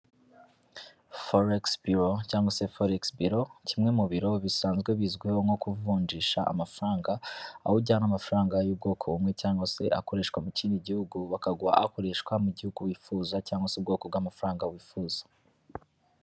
Forex Bureau cyangwa se Forex Bureau, kimwe mu biro bisanzwe bizwiho nko kuvunjisha amafaranga, aho ujyana amafaranga y'ubwoko bumwe cyangwa se akoreshwa mu kindi gihugu, bakaguha akoreshwa mu gihugu wifuza cyangwa se ubwoko bw'amafaranga wifuza.